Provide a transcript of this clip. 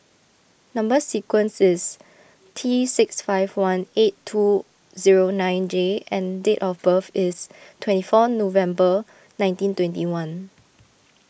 Number Sequence is T six five one eight two zero nine J and date of birth is twenty four November nineteen twenty one